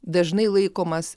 dažnai laikomas